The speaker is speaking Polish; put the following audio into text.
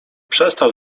przestał